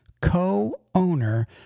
co-owner